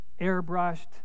airbrushed